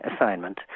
assignment